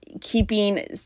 keeping